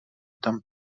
tam